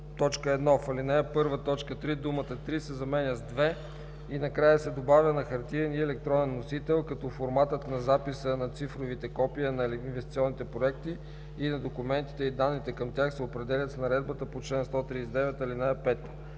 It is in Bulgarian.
1. В ал. 1, т. 3 думата „три“ се заменя с „две“ и накрая се добавя „на хартиен и електронен носител, като форматът на записа на цифровите копия на инвестиционните проекти и на документите и данните към тях се определят с наредбата по чл. 139, ал.